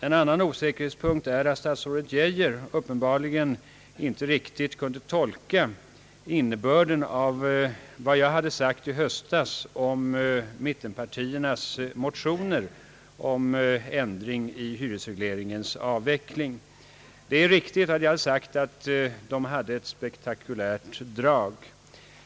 En annan osäkerhetspunkt är att statsrådet Geijer uppenbarligen inte riktigt kunde tolka innebörden av vad jag hade sagt i höstas om mittenpartiernas motioner om hyresregleringens avveckling. Det är riktigt att jag hade sagt att motionen hade »ett spektakulärt drag».